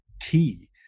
key